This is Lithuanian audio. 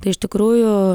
tai iš tikrųjų